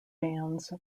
bands